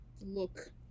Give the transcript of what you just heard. Look